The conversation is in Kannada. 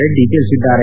ರೆಡ್ಡಿ ತಿಳಿಸಿದ್ದಾರೆ